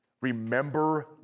Remember